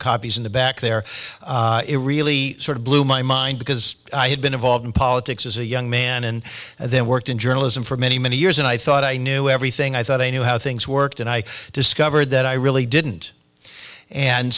copies in the back there it really sort of blew my mind because i had been involved in politics as a young man and then worked in journalism for many many years and i thought i knew everything i thought i knew how things worked and i discovered that i really didn't and